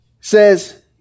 Says